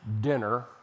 dinner